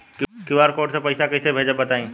QR code से पईसा कईसे भेजब बताई?